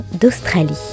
d'Australie